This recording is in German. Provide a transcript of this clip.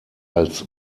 als